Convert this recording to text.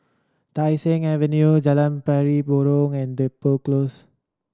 Tai Seng Avenue Jalan Pari Burong and Depot Close